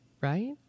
right